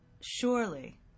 surely